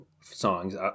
songs